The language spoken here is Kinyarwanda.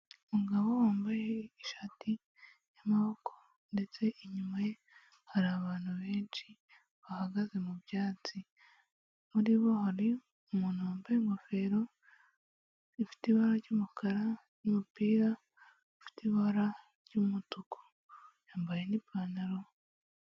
Umugabo wambaye ishati y'amaboko ndetse inyuma ye hari abantu benshi bahagaze mu byatsi muri bo hari umuntu wambaye ingofero ifite ibara ry'umukara n' numupira ufitebara ry'umutuku yambaye n'ipantaro.